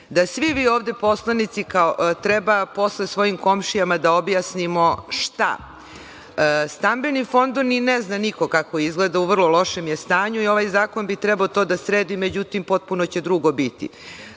da svi mi ovde poslanici treba posle svojim komšijama da objasnimo šta? Stambeni fond ni ne zna niko kako izgleda, u vrlo lošem je stanju i ovaj zakon bi trebao to da sredi. Međutim, potpuno će drugo biti.